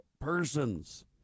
persons